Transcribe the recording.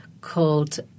called